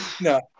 No